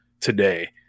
today